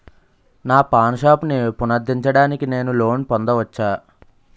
నా పాన్ షాప్ని పునరుద్ధరించడానికి నేను లోన్ పొందవచ్చా?